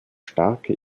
starke